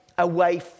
Away